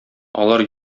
алар